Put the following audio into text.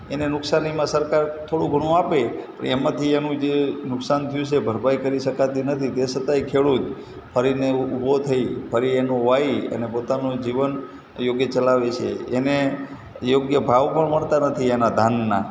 એને નુકસાનીમાં સરકાર થોડું ઘણું આપે એમાંથી એનું જે નુકસાન થયું છે એ ભરપાઈ કરી શકાતી નથી તે છતાંય ખેડૂત ફરીને ઊભો થઈ ફરી એનું વાવી અને પોતાનું જીવન યોગ્ય ચલાવે છે એને યોગ્ય ભાવ પણ મળતા નથી એના ધાનના